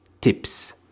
tips